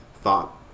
thought